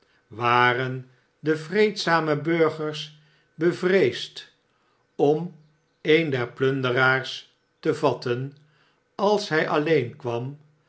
waren de vreedzame burgers bevreesd om een der plunderaars te vatten als hij